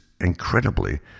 incredibly